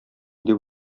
дип